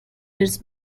this